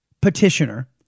petitioner